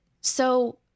So-